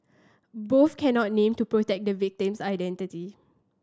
both cannot named to protect the victim's identity